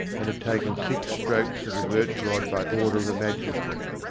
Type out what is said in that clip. and had taken six strokes of a birch rod by order of a magistrate.